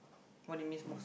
what do you miss most